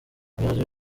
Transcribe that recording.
abayobozi